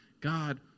God